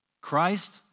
Christ